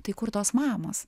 tai kur tos mamos